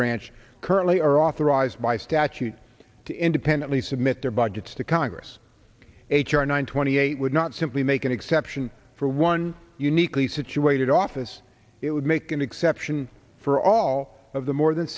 branch currently are authorized by statute to independently submit their budgets to congress h r nine twenty eight would not simply make an exception for one uniquely situated office it would make an exception for all of the more than